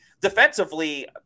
Defensively